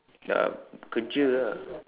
ya kerja ah